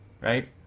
right